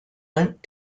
went